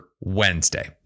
Wednesday